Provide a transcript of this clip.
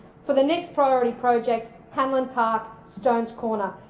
for the next priority project hanlon park, stones corner.